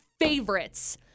favorites